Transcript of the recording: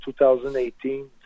2018